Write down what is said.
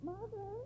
Mother